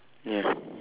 ya